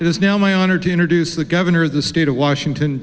it is now my honor to introduce the governor of the state of washington